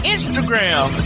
Instagram